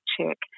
check